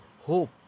hope